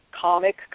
Comic